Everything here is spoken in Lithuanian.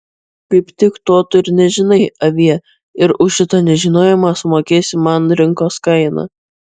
kaip tik to tu ir nežinai avie ir už šitą nežinojimą sumokėsi man rinkos kainą